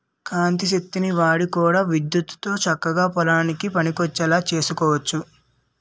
కాంతి శక్తిని వాడి కూడా విద్యుత్తుతో చక్కగా పొలానికి పనికొచ్చేలా సేసుకోవచ్చు